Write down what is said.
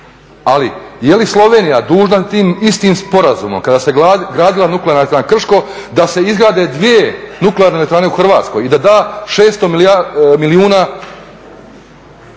Ali je li Slovenija dužna tim istim sporazumom kada se gradila Nuklearna elektrana Krško da se izgrade dvije nuklearne elektrane u Hrvatskoj i da da 600 milijuna